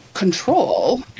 control